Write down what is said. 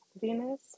venus